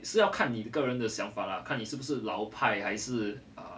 是要看你的个人的想法了看你是不是老派还是 uh